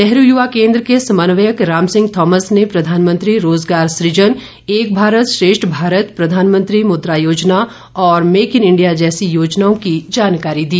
नेहरू युवा केन्द्र के समन्वयक राम सिंह थॉमस ने प्रधानमंत्री रोज़गार सुजन योजना एक भारत श्रेष्ठ भारत प्रधानमंत्री मुद्रा योजना और मेक इन इंडिया जैसी योजनाओं की जानकारी दी